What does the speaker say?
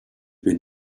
been